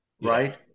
Right